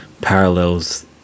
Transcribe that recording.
parallels